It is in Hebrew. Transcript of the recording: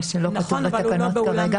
מה שלא כתוב בתקנות כרגע.